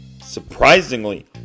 surprisingly